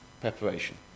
preparation